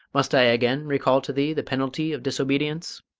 must i again recall to thee the penalty of disobedience?